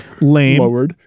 lame